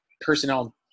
personnel